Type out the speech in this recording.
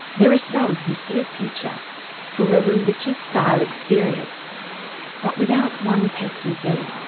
there are some who see a future for a religious style experience but without one pesky thing